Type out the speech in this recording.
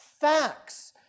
facts